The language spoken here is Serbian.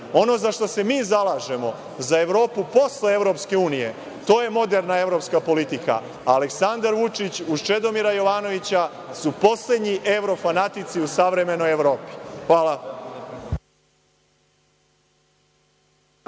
za šta se mi zalažemo, za Evropu posle EU, to je moderna evropska politika, a Aleksandar Vučić uz Čedomira Jovanovića su poslednji evrofanatici u savremenoj Evropi. Hvala.